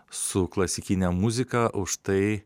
su klasikine muzika užtai